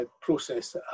process